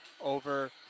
over